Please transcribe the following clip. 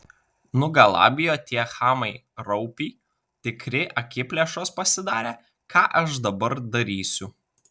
nugalabijo tie chamai raupį tikri akiplėšos pasidarė ką aš dabar darysiu